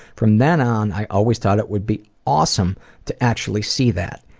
from then on i always thought it would be awesome to actually see that.